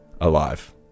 alive